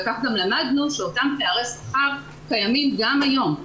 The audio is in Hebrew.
וכך גם למדנו שאותם פערי שכר קיימים גם היום.